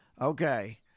Okay